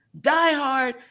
diehard